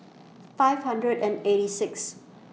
five hundred and eighty Sixth